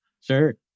Sure